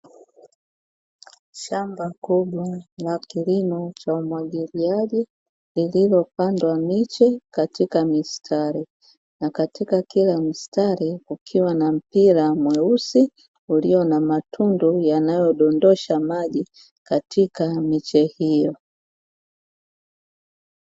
Shamba kubwa la kilimo cha umwagiliaji lililopandwa miche katika mistari, na katika kila mstari kukiwa na mpira mweusi ulio na matundu yanayodondosha maji katika miche hiyo.